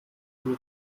hilfe